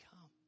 come